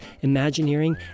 Imagineering